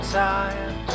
time